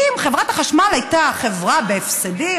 אם חברת החשמל הייתה חברה בהפסדים,